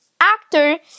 actor